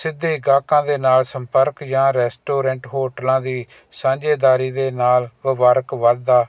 ਸਿੱਧੇ ਗਾਹਕਾਂ ਦੇ ਨਾਲ ਸੰਪਰਕ ਜਾਂ ਰੈਸਟੋਰੈਂਟ ਹੋਟਲਾਂ ਦੀ ਸਾਂਝੇਦਾਰੀ ਦੇ ਨਾਲ ਵਪਾਰਕ ਵਾਧਾ